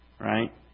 right